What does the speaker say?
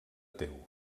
teu